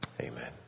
Amen